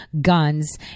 guns